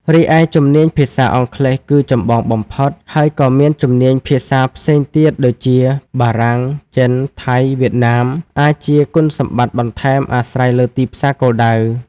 រីឯ ជំនាញភាសាអង់គ្លេស គឺចម្បងបំផុត ហើយក៏មានជំនាញភាសាផ្សេងទៀត (ដូចជាបារាំង ចិន ថៃ វៀតណាម) អាចជាគុណសម្បត្តិបន្ថែម អាស្រ័យលើទីផ្សារគោលដៅ។